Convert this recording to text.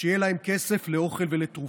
שיהיה להם כסף לאוכל ולתרופות".